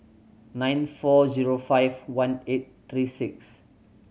nine four zero five one eight three six